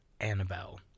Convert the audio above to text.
Annabelle